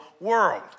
world